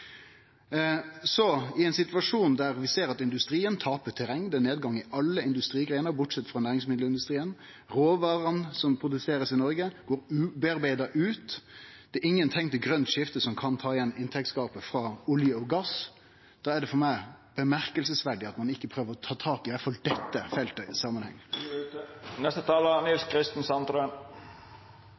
I ein situasjon der vi ser at industrien taper terreng, der det er nedgang i alle industrigreiner bortsett frå næringsmiddelindustrien, der råvarene som blir produserte i Noreg, går ubearbeidde ut, og der det ikkje er noko teikn til eit grønt skifte som kan ta att inntektstapet frå olje og gass, er det for meg påfallande at ein ikkje i alle fall prøver å ta tak i dette feltet i samanheng.